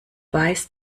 weiß